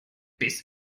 biss